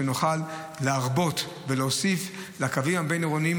שנוכל להרבות ולהוסיף לקווים הבין-עירוניים